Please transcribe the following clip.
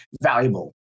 valuable